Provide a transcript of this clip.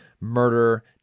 murder